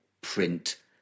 print